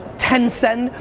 tencent,